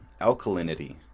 alkalinity